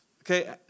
Okay